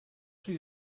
she